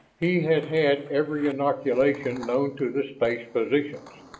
he had had every inoculation known to the space physicians,